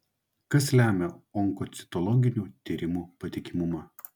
kas lemia onkocitologinių tyrimų patikimumą